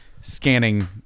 scanning